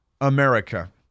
America